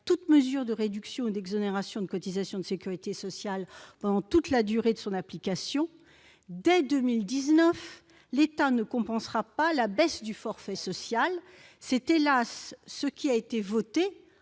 toute mesure de réduction ou d'exonération de cotisations de sécurité sociale, pendant toute la durée de son application. Or, à compter de 2019, l'État ne compensera pas la baisse du forfait social. C'est, hélas !, ce qui a été voté